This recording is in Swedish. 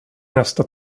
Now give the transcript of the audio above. nästa